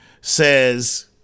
says